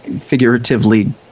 figuratively